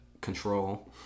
control